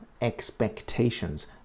expectations